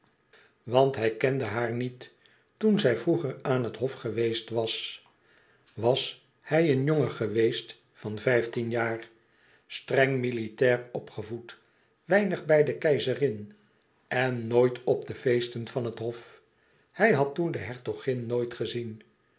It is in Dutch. want hij kende haar niet toen zij vroeger aan het hof geweest was was hij een jongen geweest van vijftien jaar streng militair opgevoed weinig bij de keizerin en nooit op de feesten van het hof hij had toen de hertogin nooit gezien